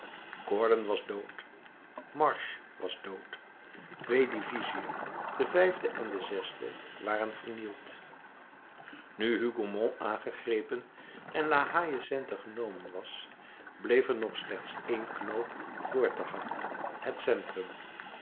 gordon was dood marsh was dood twee divisiën de vijfde en de zesde waren vernield nu hougomont aangegrepen en la haie sainte genomen was bleef er nog slechts een knoop door te hakken het centrum